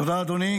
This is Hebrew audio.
תודה, אדוני.